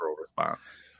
response